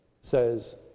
says